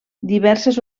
diverses